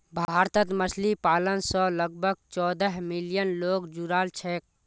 भारतत मछली पालन स लगभग चौदह मिलियन लोग जुड़ाल छेक